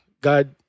god